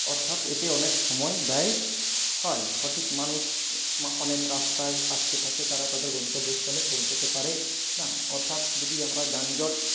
অর্থাৎ এতে অনেক সময় ব্যয় হয় সঠিক মানুষ অনেক রাস্তায় আটকে থাকে তারা তাদের গন্তব্য স্থলে পৌঁছোতে পারে না অর্থাৎ যদি আমরা যানজট